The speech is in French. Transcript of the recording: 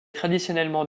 traditionnellement